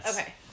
okay